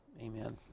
amen